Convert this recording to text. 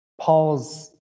Paul's